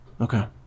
Okay